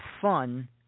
fun